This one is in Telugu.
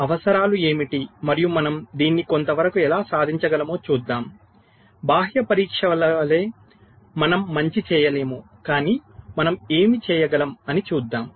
అవసరాలు ఏమిటి మరియు మనం దీన్ని కొంతవరకు ఎలా సాధించగలమో చూద్దాం బాహ్య పరీక్షల వలె మనం మంచి చేయలేము కాని మనం ఏమి చేయగలం అని చూద్దాం